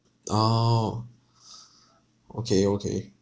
oh okay okay